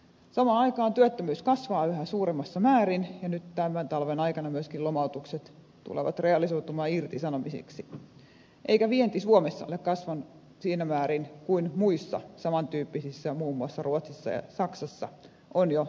samaan aikaan työttömyys kasvaa yhä suuremmassa määrin ja nyt tämän talven aikana myöskin lomautukset tulevat realisoitumaan irtisanomisiksi eikä vienti suomessa ole kasvanut siinä määrin kuin muissa saman tyyppisissä maissa muun muassa ruotsissa ja saksassa on jo tapahtunut